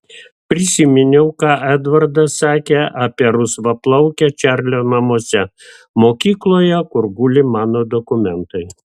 prisiminiau ką edvardas sakė apie rusvaplaukę čarlio namuose mokykloje kur guli mano dokumentai